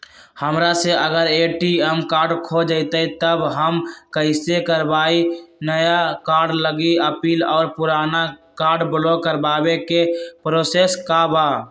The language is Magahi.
हमरा से अगर ए.टी.एम कार्ड खो जतई तब हम कईसे करवाई नया कार्ड लागी अपील और पुराना कार्ड ब्लॉक करावे के प्रोसेस का बा?